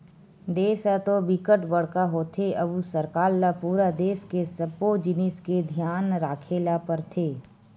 देस ह तो बिकट बड़का होथे अउ सरकार ल पूरा देस के सब्बो जिनिस के धियान राखे ल परथे